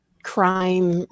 Crime